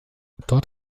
dort